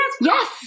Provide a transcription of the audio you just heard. Yes